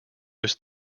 was